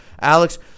Alex